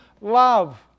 love